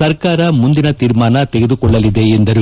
ಸರ್ಕಾರ ಮುಂದಿನ ತೀರ್ಮಾನ ತೆಗೆದುಕೊಳ್ಳಲಿದೆ ಎಂದರು